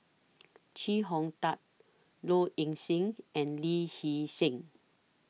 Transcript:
Chee Hong Tat Low Ing Sing and Lee Hee Seng